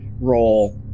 role